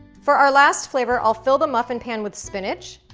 for our last flavor, i'll fill the muffin pan with spinach,